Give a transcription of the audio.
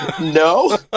No